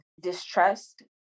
distrust